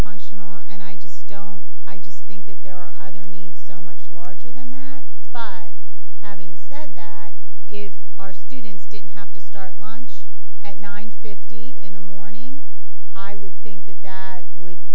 functional and i just don't i just think that there are other needs so much larger than that but having said that if our students didn't have to start lunch at nine fifty in the morning i would think that that would